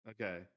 Okay